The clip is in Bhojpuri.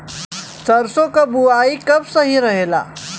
सरसों क बुवाई कब सही रहेला?